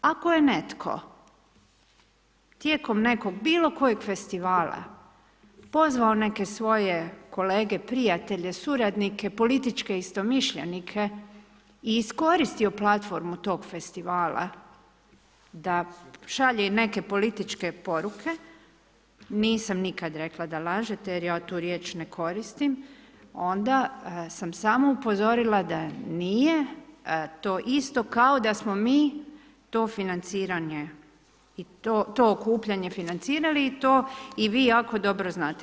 Ako je netko tijekom nekog, bilo kojeg festivala pozvao neke svoje kolege prijatelje, suradnike, političke istomišljenike i iskoristio platformu tog festivala da šalje neke političke poruke, nisam nikad rekla da lažete jer ja tu riječ ne koristim, onda sam samo upozorila da nije to isto kao da smo mi to financiranje, to okupljanje financirali i to i vi jako dobro znate.